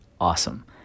awesome